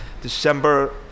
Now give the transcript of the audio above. December